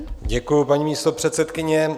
Děkuji, paní místopředsedkyně.